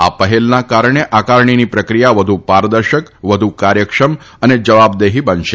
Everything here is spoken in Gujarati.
આ પહેલને કારણે આકારણીની પ્રક્રિયા વધુ પારદર્શક વધુ કાર્યક્ષમ અને જવાબદેહી બનશે